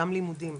גם לימודים,